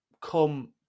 come